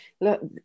look